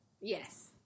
Yes